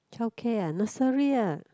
childcare ah nursery ah